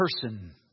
person